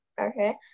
Okay